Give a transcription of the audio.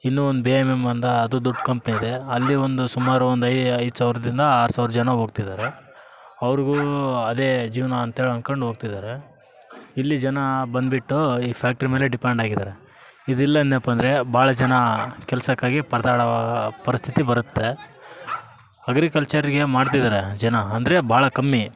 ಇನ್ನು ಒಂದು B M M ಅಂತ ಅದು ದೊಡ್ಡ ಕಂಪನಿಯಿದೆ ಅಲ್ಲಿ ಒಂದು ಸುಮಾರು ಐದು ಸಾವಿರದಿಂದ ಆರು ಸಾವಿರ ಜನ ಹೋಗ್ತಿದ್ದಾರೆ ಅವ್ರಿಗು ಅದೇ ಜೀವನ ಅಂತೇಳಿ ಅನ್ಕೊಂಡ್ ಹೋಗ್ತಿದ್ದಾರೆ ಇಲ್ಲಿ ಜನ ಬಂದ್ಬಿಟ್ಟು ಈ ಫ್ಯಾಕ್ಟ್ರಿ ಮೇಲೆ ಡಿಪೆಂಡ್ ಆಗಿದ್ದಾರೆ ಇದಿಲ್ಲನಪ್ಪ ಅಂದರೆ ಭಾಳ ಜನ ಕೆಲಸಕ್ಕಾಗಿ ಪರದಾಡೋ ಪರಿಸ್ಥಿತಿ ಬರುತ್ತೆ ಅಗ್ರಿಕಲ್ಚರ್ಗೆ ಮಾಡ್ತಿದ್ದಾರೆ ಜನ ಅಂದರೆ ಭಾಳ ಕಮ್ಮಿ